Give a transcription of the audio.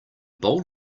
bowl